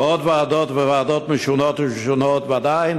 ועוד ועדות מוועדות שונות ומשונות, ועדיין